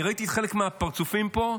אני ראיתי חלק מהפרצופים פה.